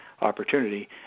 opportunity